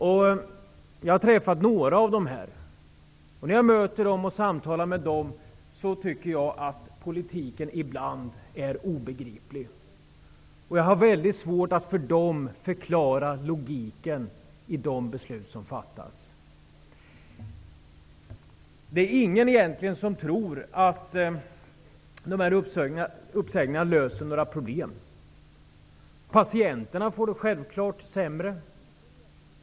Jag har träffat några av dem. När jag möter och samtalar med dem tycker jag ibland att politiken är obegriplig. Jag har svårt att förklara för dem logiken i de beslut som fattas. Det är egentligen ingen som tror att uppsägningarna löser några problem. Patienterna får det självklart sämre.